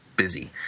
Busy